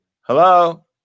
Hello